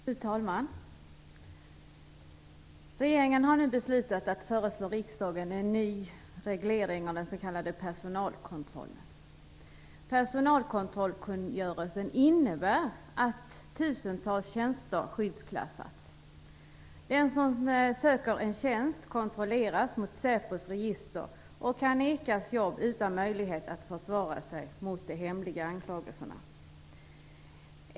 Fru talman! Regeringen har nu beslutat att föreslå riksdagen en ny reglering av den s.k. personalkontrollen. Personalkontrollkungörelsen innebär att tusentals tjänster skyddsklassats. Den som söker en tjänst kontrolleras mot Säpos register och kan nekas jobb utan möjlighet att försvara sig mot de hemliga anklagelserna.